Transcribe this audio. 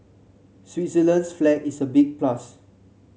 Switzerland's flag is a big plus